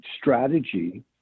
strategy